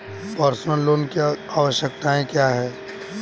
Personal loan की आवश्यकताएं क्या हैं?